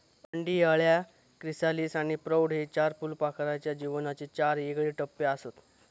अंडी, अळ्या, क्रिसालिस आणि प्रौढ हे चार फुलपाखराच्या जीवनाचे चार येगळे टप्पेआसत